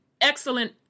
excellent